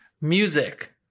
Music